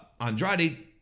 Andrade